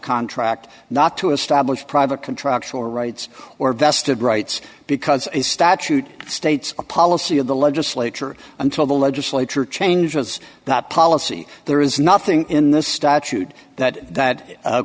contract not to establish private contracts or rights or vested rights because a statute states a policy of the legislature until the legislature changes that policy there is nothing in this statute that that